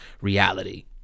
reality